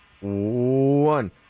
one